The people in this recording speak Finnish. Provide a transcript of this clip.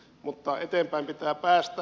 mutta eteenpäin pitää päästä